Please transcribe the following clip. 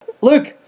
Luke